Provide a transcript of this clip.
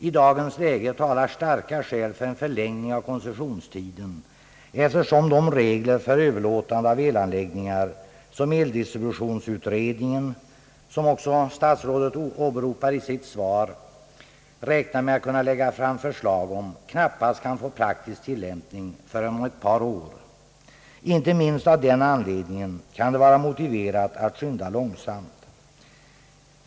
I dagens läge talar starka skäl för en förlängning av koncessionstiden, eftersom de regler för överlåtande av elanläggningar, som eldistributionsutredningen — åberopad också i statsrådets svar — räknar med att kunna framlägga förslag om, knappast kan få praktisk tillämpning förrän om ett par år. Inte minst av den anledningen kan det vara motiverat att skynda långsamt.